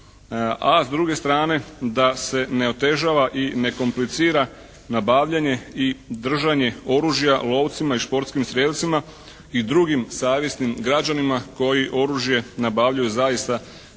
A s druge strane da se ne otežava i ne komplicira nabavljanje i držanje oružja lovcima i športskim strijelcima i drugim savjesnim građanima koji oružje nabavljaju zaista ili